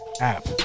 app